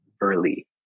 early